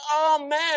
Amen